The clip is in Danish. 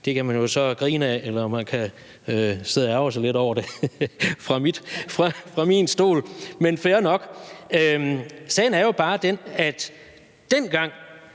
Det kan man jo så grine af, eller man kan sidde og ærgre sig lidt over det fra min stol, men fair nok. Sagen er bare den, at dengang